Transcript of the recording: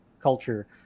culture